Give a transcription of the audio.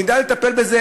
נדע לטפל בזה,